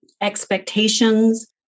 expectations